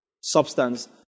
substance